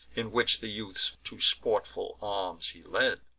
in which the youths to sportful arms he led.